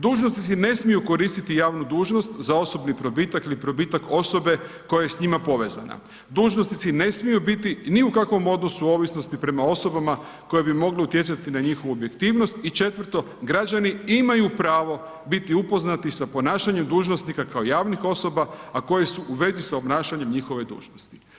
Dužnosnici ne smiju koristiti javnu dužnost za osobni probitak ili probitak osobe koja je s njima povezana, dužnosnici ne smiju biti ni u kakvom odnosu ovisnosti prema osobama koje bi mogle utjecati na njihovu objektivnost i četvrto, građani imaju pravo biti upoznati sa ponašanjem dužnosnika kao javnih osoba, a koji su u vezi s obnašanjem njihove dužnosti.